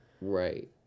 Right